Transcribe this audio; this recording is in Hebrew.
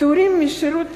פטורים משירות